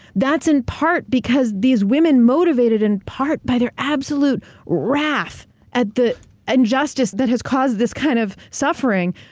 that's in part because these women, motivated in part by their absolute wrath at the injustice that has caused this kind of suffering.